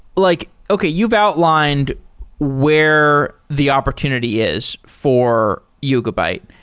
like okay, you've outlined where the opportunity is for yugabyte.